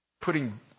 Putting